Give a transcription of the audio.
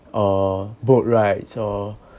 or boat rides or